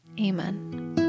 Amen